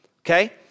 okay